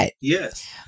Yes